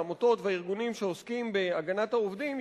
העמותות והארגונים שעוסקים בהגנת העובדים,